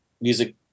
music